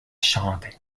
chanter